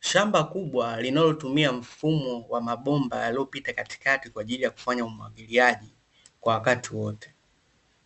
Shamba kubwa linalotumia mfumo wa mabomba yaliyopita katikati, kwa ajili ya kufanya umwagiliaji kwa wakati wote,